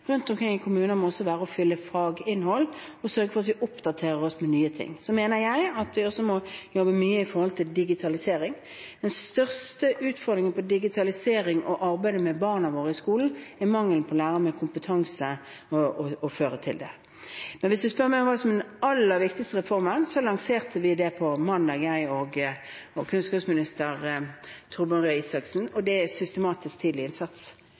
rundt omkring i kommunene også må være å fylle på faginnhold og sørge for at vi oppdaterer oss på nye ting. Og så mener jeg at vi også må jobbe mye med digitalisering. Den største utfordringen med digitalisering og arbeidet med barna våre i skolen er mangelen på lærere med kompetanse som fører til det. Men hvis man spør meg om hva som er den aller viktigste reformen, lanserte vi det på mandag, jeg og kunnskapsminister Torbjørn Røe Isaksen, og det er systematisk tidlig innsats.